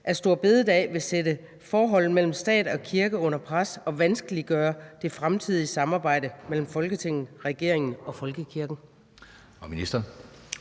af store bededag vil sætte forholdet mellem stat og kirke under pres og vanskeliggøre det fremtidige samarbejde mellem Folketinget, regeringen og folkekirken?